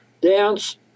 dance